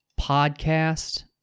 podcast